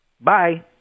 Bye